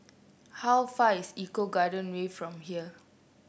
how far away is Eco Garden Way from here